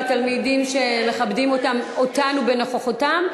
לתלמידים שמכבדים אותנו בנוכחותם,